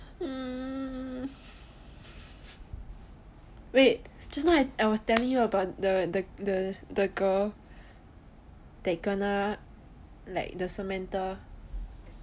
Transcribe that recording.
mm wait just now I was telling you about the the the girl that kena like the samantha